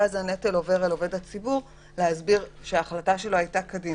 ואז הנטל עובר אל עובד הציבור להסביר שההחלטה שלו הייתה כדין.